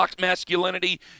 masculinity